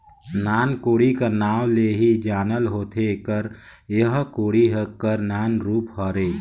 नान कोड़ी कर नाव ले ही जानल होथे कर एह कोड़ी कर नान रूप हरे